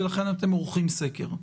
ולכן אתם עורכים סקר.